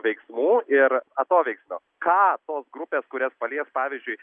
veiksmų ir atoveiksmio ką tos grupės kurias palies pavyzdžiui